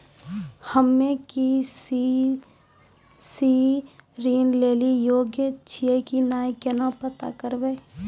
हम्मे के.सी.सी ऋण लेली योग्य छियै की नैय केना पता करबै?